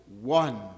one